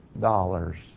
dollars